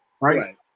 Right